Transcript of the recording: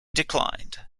declined